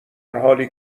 حالی